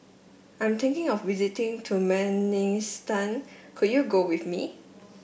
I'm thinking of visiting Turkmenistan can you go with me